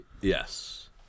yes